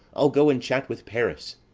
i'll go and chat with paris.